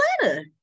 Atlanta